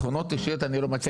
תכונות אישיות אני לא מציע.